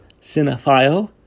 cinephile